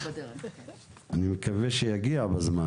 אני מקווה שיגיע בזמן.